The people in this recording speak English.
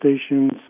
stations